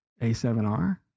A7R